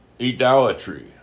idolatry